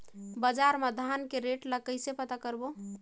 बजार मा धान के रेट ला कइसे पता करबो?